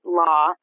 law